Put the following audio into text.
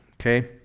okay